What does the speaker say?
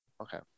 Okay